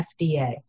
FDA